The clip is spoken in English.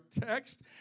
text